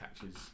catches